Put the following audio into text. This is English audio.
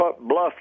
Bluff